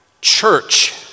church